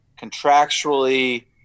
contractually